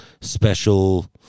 special